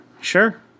sure